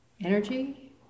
energy